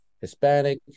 Hispanic